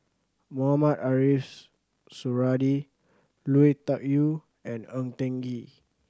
Mohamed Suradi Lui Tuck Yew and Ng Kee